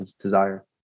desire